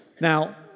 Now